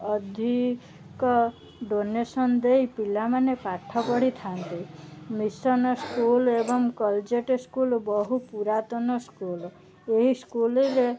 ଅଧିକ ଡୋନେସନ ଦେଇ ପିଲାମାନେ ପାଠ ପଢ଼ିଥାନ୍ତି ମିଶନ ସ୍କୁଲ ଏବଂ କଲଜେଟ ସ୍କୁଲ ବହୁ ପୁରାତନ ସ୍କୁଲ ଏହି ସ୍କୁଲ ରେ